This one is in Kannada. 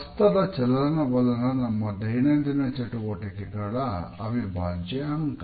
ಹಸ್ತದ ಚಲನವಲನ ನಮ್ಮ ದೈನಂದಿನ ಚಟುವಟಿಕೆಗಳ ಅವಿಭಾಜ್ಯ ಅಂಗ